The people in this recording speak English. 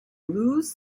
lose